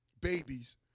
babies